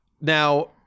now